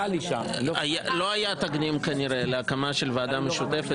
לא היה תקדים כנראה להקמה של ועדה משותפת